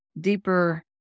deeper